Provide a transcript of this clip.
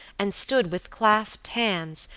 and stood with clasped hands,